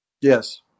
Yes